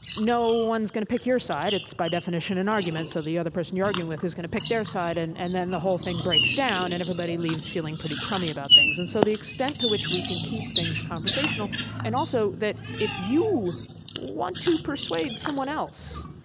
no one's gonna pick your side it's by definition an argument, so the the person you're arguing with is gonna pick their side. and and then the whole thing breaks down, and everybody leaves feeling pretty crummy about things. and so the extent to which we can keep things conversational and also, if you want to persuade someone else,